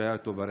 שהיה איתו ברכב.